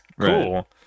cool